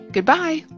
Goodbye